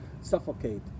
suffocate